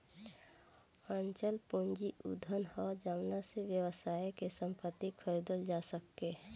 अचल पूंजी उ धन ह जावना से व्यवसाय के संपत्ति खरीदल जा सके